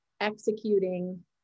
executing